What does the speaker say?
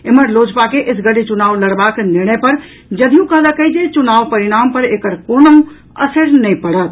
एम्हर लोजपा के एसगरे चुनाव लड़बाक निर्णय पर जदयू कहलक अछि जे चुनाव परिणाम पर एकर कोनहूँ असरि नहि पड़त